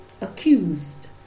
accused